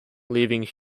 leaving